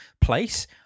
Place